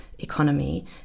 economy